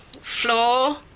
floor